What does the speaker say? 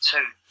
Two